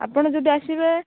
ଆପଣ ଯଦି ଆସିବେ